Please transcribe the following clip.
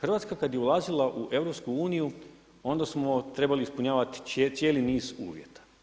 Hrvatska kada je ulazila u EU onda smo trebali ispunjavati cijeli niz uvjeta.